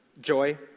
joy